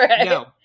No